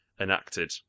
enacted